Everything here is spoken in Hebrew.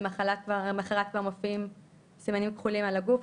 ולמחרת כבר מופיעים סימנים כחולים על הגוף.